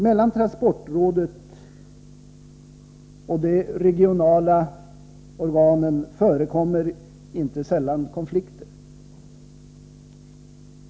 Mellan transportrådet och de regionala organen förekommer inte sällan konflikter.